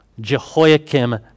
Jehoiakim